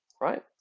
right